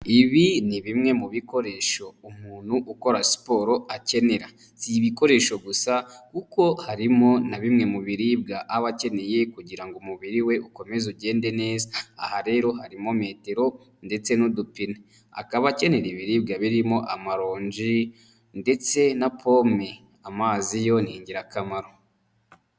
Ibi ni bimwe mu bikoresho umuntu ukora siporo akenera, ni ibikoresho gusa kuko harimo na bimwe mu biribwa aba akeneye kugira ngo umubiri we, ukomeze ugende neza aha rero harimo metero ndetse n'udupine akaba akenera ibiribwa birimo amaronji ndetse na pome amazi yo ni ingirakamaro.